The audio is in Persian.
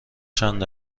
چند